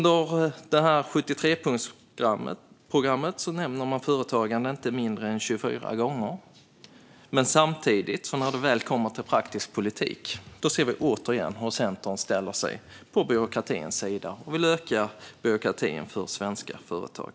I 73-punktsprogrammet nämner man företagande inte mindre än 24 gånger, men när det väl kommer till praktisk politik ser vi återigen hur Centern ställer sig på byråkratins sida och vill öka byråkratin för svenska företag.